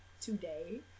today